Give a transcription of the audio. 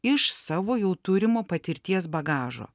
iš savo jau turimo patirties bagažo